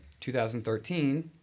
2013